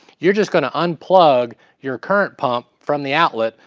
you're just going to unplug your current pump from the outlet,